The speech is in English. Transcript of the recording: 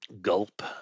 Gulp